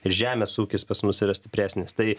žemės ūkis pas mus yra stipresnis tai